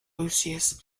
lucius